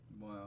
Wow